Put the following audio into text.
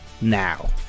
now